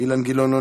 אילן גילאון,